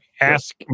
ask